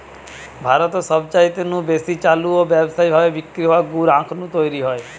ভারতে সবচাইতে নু বেশি চালু ও ব্যাবসায়ী ভাবি বিক্রি হওয়া গুড় আখ নু তৈরি হয়